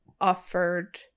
offered